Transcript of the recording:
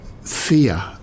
fear